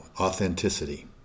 authenticity